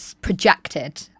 projected